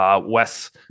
Wes